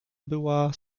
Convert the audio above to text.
była